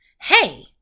Hey